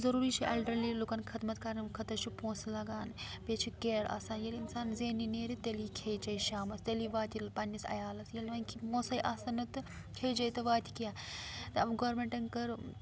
ضٔروٗری چھِ اٮ۪لڈَرلی لُکَن خٕدمَت کَرنہٕ خٲطرٕ چھُ پونٛسہٕ لَگان بیٚیہِ کیر آسان ییٚلہِ اِنسان زیٚنہِ نیرِ تیٚلی کھیٚے چے شامَس تیٚلی واتہِ یہِ پنٛنِس عَیالَس ییٚلہِ نہٕ وۄنۍ ک پونٛسَے آسَنہٕ تہٕ کھیٚے چے تہٕ واتہِ کیٛاہ گورمنٹَن کٔر